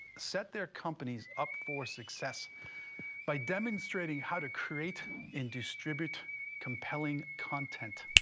set their companies up for success by demonstrating how to create and distribute compelling content.